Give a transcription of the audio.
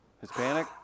Hispanic